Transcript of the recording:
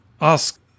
ask